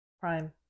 Prime